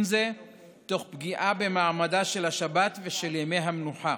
זה תוך פגיעה במעמדה של השבת ושל ימי המנוחה.